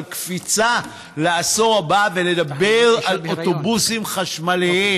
קפיצה לעשור הבא ולדבר על אוטובוסים חשמליים.